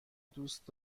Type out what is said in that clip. دوست